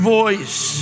voice